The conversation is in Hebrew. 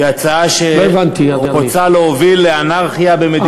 הצעה שרוצה להוביל לאנרכיה במדינת ישראל.